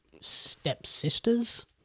stepsisters